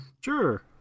Sure